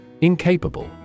Incapable